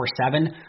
24/7